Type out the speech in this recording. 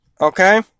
okay